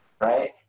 right